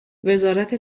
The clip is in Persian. وزارت